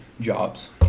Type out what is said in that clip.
jobs